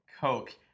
coke